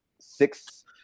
six